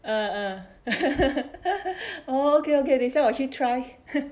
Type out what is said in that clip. uh uh orh okay okay 等一下我去 try